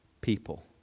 people